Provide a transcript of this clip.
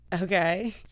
Okay